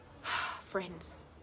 friends